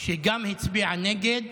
גם הצביעה נגד.